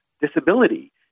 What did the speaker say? disability